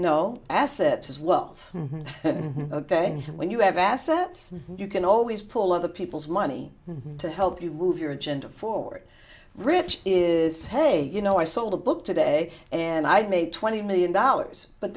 no assets as well ok and when you have assets you can always pull other people's money to help you move your agenda forward rich is hey you know i sold a book today and i made twenty million dollars but